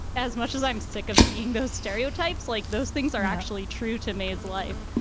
as much as i'm sick of seeing those stereotypes like those things are actually true to me is life.